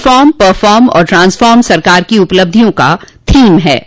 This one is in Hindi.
रिफार्म परफार्म और ट्रांसफार्म सरकार की उपलब्धियों का थीम है